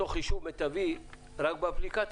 אותו חישוב מיטבי רק באפליקציה?